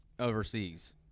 overseas